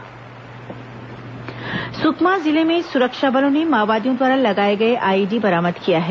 IED बरामद सुकमा जिले में सुरक्षा बलों ने माओवादियों द्वारा लगाए गए आईईडी बरामद किया है